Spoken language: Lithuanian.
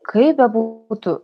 kaip bebūtų